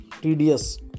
tedious